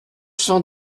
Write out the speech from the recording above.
cent